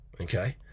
okay